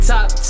Top